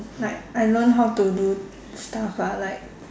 like I learn how to do stuff ah like